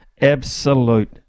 absolute